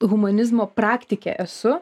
humanizmo praktikė esu